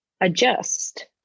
adjust